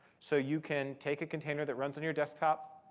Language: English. so you can take a container that runs on your desktop,